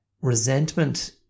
resentment